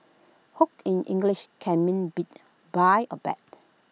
hoot in English can mean beat buy or bet